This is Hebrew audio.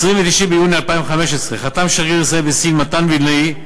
ב-29 ביוני 2015 חתם שגריר ישראל בסין מתן וילנאי,